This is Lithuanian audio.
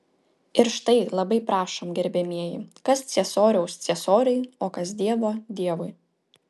ir štai labai prašom gerbiamieji kas ciesoriaus ciesoriui o kas dievo dievui